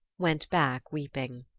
went back weeping.